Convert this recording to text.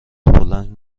بلند